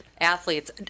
athletes